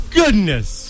goodness